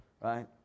right